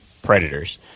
Predators